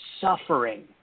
suffering